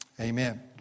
Amen